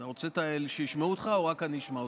אתה רוצה שישמעו אותך או שרק אני אשמע אותך?